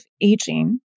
aging